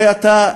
הרי אתה,